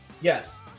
yes